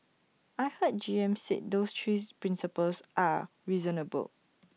I heard G M said those three principles are reasonable